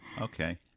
Okay